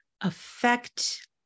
affect